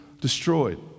destroyed